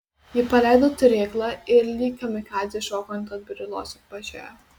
ji paleido turėklą ir lyg kamikadzė šoko ant atbrailos apačioje